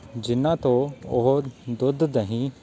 ਜਿਨ੍ਹਾਂ ਤੋਂ ਉਹ ਦੁੱਧ ਦਹੀਂ